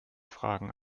fragen